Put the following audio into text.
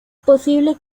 posible